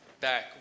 back